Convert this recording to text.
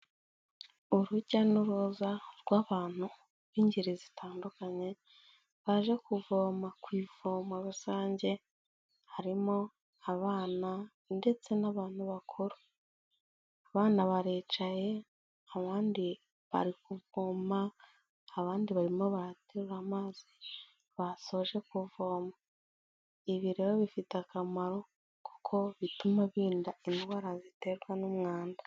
Urujya n'uruza rw'abantu b'ingeri zitandukanye, baje kuvoma ku ivomo rusange, harimo abana ndetse n'abantu bakuru. Abana baricaye, abandi bari kuvoma, abandi barimo baraterura amazi basoje kuvoma. Ibi rero bifite akamaro, kuko bituma birinda indwara ziterwa n'umwanda.